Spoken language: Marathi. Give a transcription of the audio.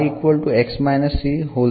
उदाहरणार्थ